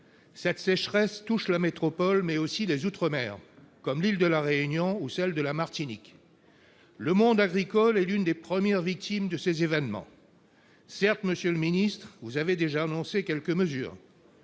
Cette sécheresse touche la métropole, mais aussi les outre-mer, comme l'île de la Réunion ou celle de la Martinique. Le monde agricole est l'une des premières victimes de ces événements. Certes, vous avez déjà annoncé quelques mesures.